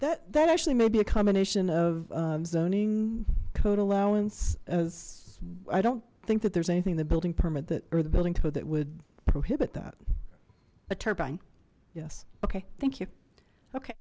it that actually maybe a combination of zoning code allowance as i don't think that there's anything the building permit that or the building code that would prohibit that a turbine yes okay thank you okay